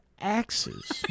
axes